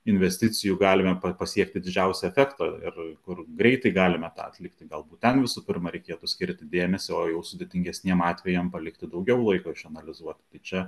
investicijų galime pasiekti didžiausią efektą ir kur greitai galime tą atlikti galbūt ten visų pirma reikėtų skirti dėmesio o jau sudėtingesniem atvejam palikti daugiau laiko išanalizuot tai čia